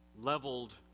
leveled